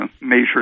measure